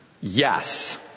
Yes